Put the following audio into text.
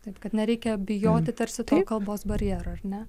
tai kad nereikia bijoti tarsi to kalbos barjero ar ne